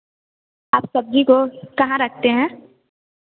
आप सब्ज़ी रोज़ कहाँ रखते हैं